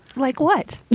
like what?